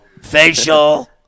facial